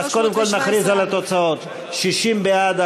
אז קודם כול נכריז על התוצאות: 60 בעד,